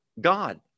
God